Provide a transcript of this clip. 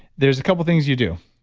there's a couple of things you do.